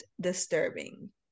disturbing